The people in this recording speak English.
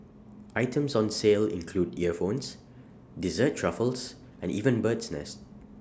items on sale include earphones dessert truffles and even bird's nest